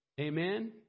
Amen